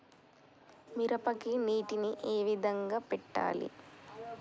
మిరపకి నీటిని ఏ విధంగా పెట్టాలి?